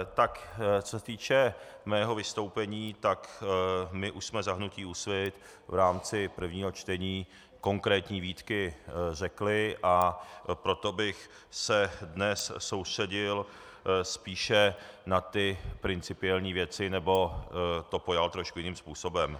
Co se týče mého vystoupení, my už jsme za hnutí Úsvit v rámci prvního čtení konkrétní výtky řekli, a proto bych se dnes soustředil spíše na ty principiální věci nebo to pojal trošku jiným způsobem.